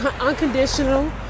unconditional